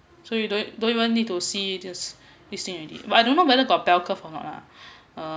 so you don't you don't even need to see this this thing already but I don't know whether got bell curve or not lah uh